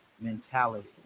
mentality